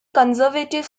conservative